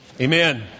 Amen